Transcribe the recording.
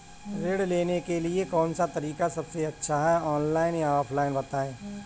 ऋण लेने के लिए कौन सा तरीका सबसे अच्छा है ऑनलाइन या ऑफलाइन बताएँ?